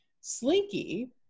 Slinky